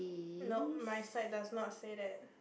nope my side does not say that